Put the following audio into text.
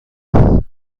است